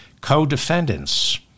co-defendants